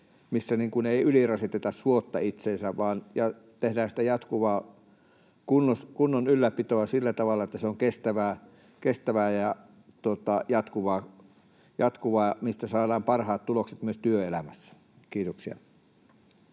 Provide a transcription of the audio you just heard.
missä ei ylirasiteta suotta itseänsä vaan tehdään sitä jatkuvaa kunnon ylläpitoa sillä tavalla, että se on kestävää ja jatkuvaa, mistä saadaan parhaat tulokset myös työelämässä. — Kiitoksia.